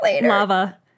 lava